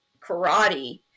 karate